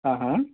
हा हा